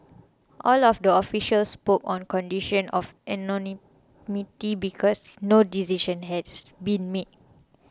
all of the officials spoke on condition of anonymity because no decision has been made